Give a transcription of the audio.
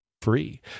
free